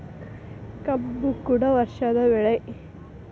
ಕಬ್ಬು ಕೂಡ ವರ್ಷದ ಬೆಳೆ